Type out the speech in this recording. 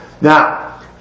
now